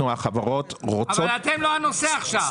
החברות- -- אבל אתם לא הנושא עכשיו.